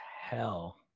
hell